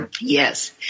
Yes